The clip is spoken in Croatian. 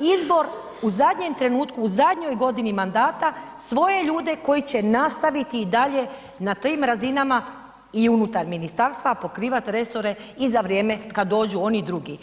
izbor u zadnjem trenutku u zadnjoj godini mandata svoje ljude koji će nastaviti i dalje na tim razinama i unutar ministarstva pokrivat resore i za vrijeme kada dođu oni drugi?